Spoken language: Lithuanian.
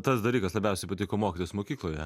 tas dalykas labiausiai patiko mokytis mokykloje